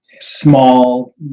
small